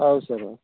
ହଉ ସାର୍ ହଉ